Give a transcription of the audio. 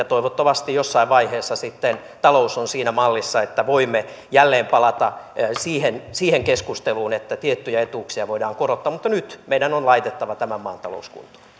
toivottavasti jossain vaiheessa sitten talous on siinä mallissa että voimme jälleen palata siihen siihen keskusteluun että tiettyjä etuuksia voidaan korottaa mutta nyt meidän on laitettava tämän maan talous kuntoon